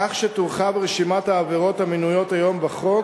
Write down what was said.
כך שתורחב רשימת העבירות המנויות היום בחוק